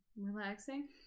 Relaxing